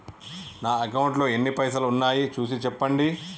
నా అకౌంట్లో ఎన్ని పైసలు ఉన్నాయి చూసి చెప్పండి?